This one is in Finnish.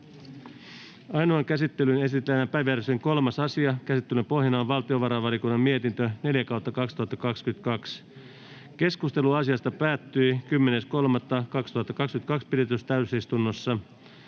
Ainoaan käsittelyyn esitellään päiväjärjestyksen 3. asia. Käsittelyn pohjana on valtiovarainvaliokunnan mietintö VaVM 4/2022 vp. Yleiskeskustelu asiasta päättyi 10.3.2022 pidetyssä täysistunnossa.